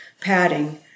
padding